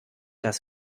das